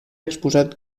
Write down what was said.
exposat